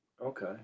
Okay